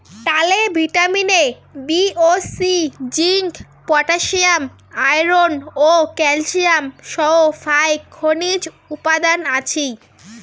তালে vitamin A, B ও C, zinc, potassium, iron ও ক্যালসিয়াম সহ ফাইক খনিজ উপাদান আছি